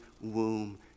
womb